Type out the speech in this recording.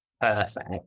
perfect